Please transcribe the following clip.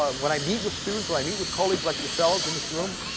ah when i meet with students, when i meet with colleagues like yourselves in this room.